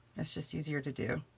it's just easier to do.